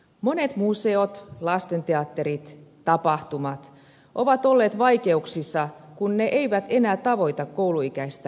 monet museot lastenteatterit tapahtumat ovat olleet vaikeuksissa kun ne eivät enää tavoita kouluikäistä yleisöä